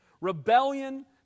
rebellion